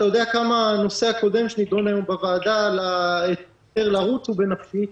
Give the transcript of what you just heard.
אתה יודע כמה הנושא הקודם שנדון היום בוועדה על ההיתר לרוץ הוא בנפשי,